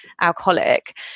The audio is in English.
alcoholic